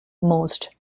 most